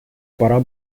пора